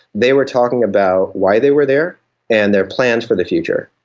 they were talking about why they were there and their plans for the future.